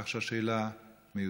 כך שהשאלה מיותרת.